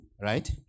right